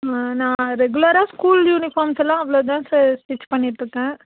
நான் ரெகுலராக school uniforms எல்லாம் அவ்வளோ தான் செ ஸ்டிச் பண்ணிகிட்ருக்கேன்